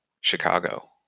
Chicago